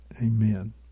Amen